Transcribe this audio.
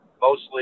mostly